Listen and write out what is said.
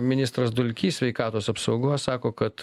ministras dulkys sveikatos apsaugos sako kad